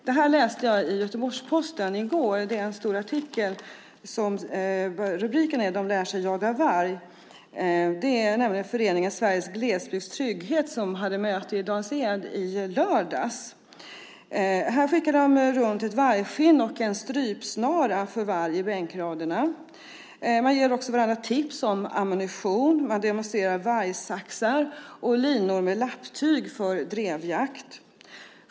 I går hade Göteborgs-Posten en stor artikel med rubriken "De lär sig jaga varg". Artikeln handlar om föreningen Sveriges Glesbygds Trygghet som hade möte i Dals-Ed i lördags. Man skickade runt ett vargskinn och en strypsnara för varg i bänkraderna, och man gav också varandra tips om ammunition och demonstrerade vargsaxar och linor med lapptyg för drevjakt.